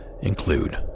include